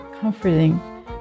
comforting